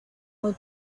muy